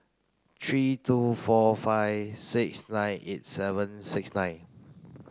three two four five six nine eight seven six nine